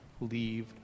leave